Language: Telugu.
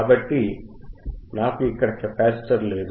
కాబట్టి నాకు ఇక్కడ కెపాసిటర్ లేదు